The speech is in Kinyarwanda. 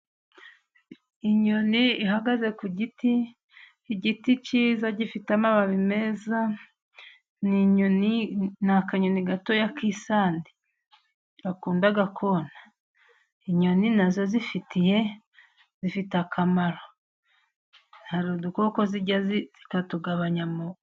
Inyoni ihagaze ku giti, igiti cyiza gifite amababi meza. Ni inyoni, ni akanyoni gatoya k'isandi gakunda kona. Inyoni na zo zifite akamaro. Hari udukoko zirya zikatugabanya mu...